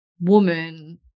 woman